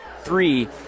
three